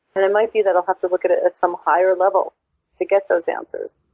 and it might be that i'll have to look at it at some higher level to get those answers.